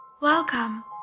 Welcome